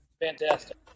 Fantastic